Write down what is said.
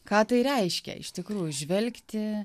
ką tai reiškia iš tikrųjų žvelgti